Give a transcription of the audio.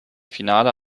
finale